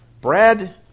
Brad